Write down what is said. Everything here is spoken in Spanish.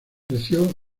creció